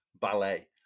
ballet